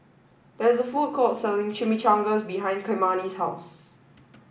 there is a food court selling Chimichangas behind Kymani's house